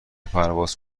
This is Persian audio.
پرواز